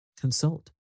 consult